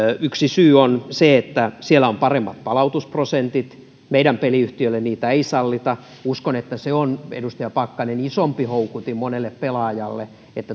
yksi syy on se että siellä on paremmat palautusprosentit meidän peliyhtiölle niitä ei sallita uskon että se on edustaja pakkanen isompi houkutin monelle pelaajalle että